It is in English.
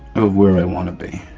of where i wanna be.